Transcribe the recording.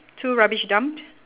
two rubbish dump